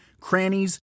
crannies